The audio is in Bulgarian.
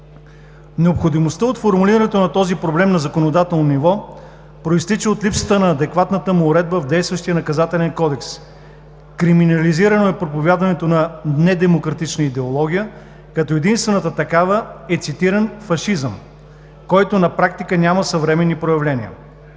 Необходимостта от формулирането на този проблем на законодателно ниво произтича от липсата на адекватната му уредба в действащия Наказателен кодекс. Криминализирано е проповядването на недемократична идеология, като единствената такава е, цитирам: „Фашизъм, който на практика няма съвременни проявления“.